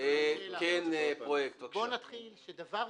דבר ראשון,